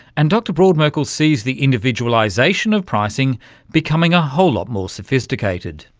and dr brodmerkel sees the individualisation of pricing becoming a whole lot more sophisticated.